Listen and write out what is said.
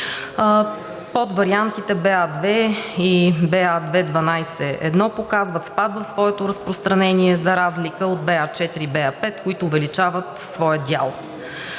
Подвариантите БА2 и БА2.12.1 показват спад в своето разпространение за разлика от БА 4 и БА 5, които увеличават своя дял.